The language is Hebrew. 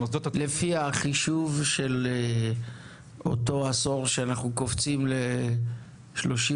לפי החישוב של אותו עשור שבו אנחנו קופצים ל-30%,